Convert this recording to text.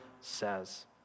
says